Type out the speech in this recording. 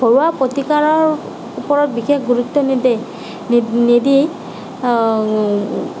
ঘৰুৱা প্ৰতিকাৰৰ ওপৰত বিশেষ গুৰুত্ব নিদিয়ে নিদি